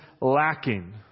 lacking